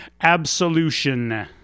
absolution